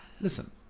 Listen